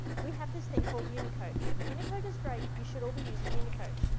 we have this thing called unicode. unicode is great. you should all be using unicode.